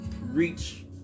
reach